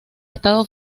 estado